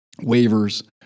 waivers